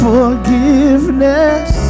Forgiveness